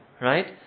right